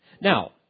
Now